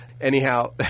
Anyhow